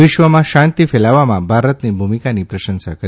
વિશ્વમાં શાંતિ ફેલાવવામાં ભારતની ભૂમિકાની પ્રશંસા કરી